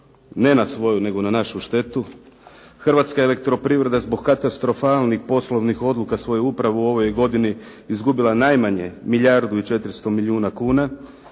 ne na svoju nego na našu štetu. "Hrvatska elektroprivreda" je zbog katastrofalnih poslovnih odluka svoje uprave u ovoj godini izgubila najmanje milijardu i 400 milijuna kuna.